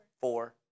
Four